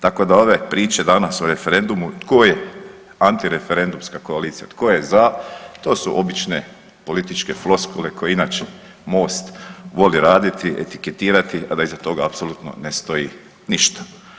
Tako da ove priče danas o referendumu tko je antireferendumska koalicija tko je za, to su obične političke floskule koje inače Most voli raditi, etiketirati a da iza toga apsolutno ne stoji ništa.